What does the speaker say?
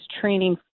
training